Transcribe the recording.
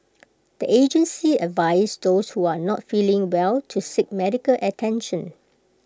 the agency advised those one not feeling well to seek medical attention